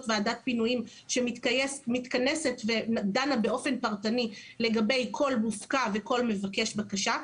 ועדת פינויים שמתכנסת ודנה באופן פרטני לגבי כל מופקע וכל מבקש בקשה.